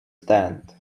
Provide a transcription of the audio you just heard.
stand